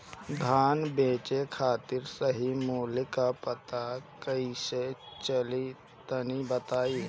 धान बेचे खातिर सही मूल्य का पता कैसे चली तनी बताई?